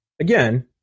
Again